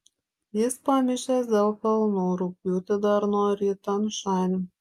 jis pamišęs dėl kalnų rugpjūtį dar nori į tian šanį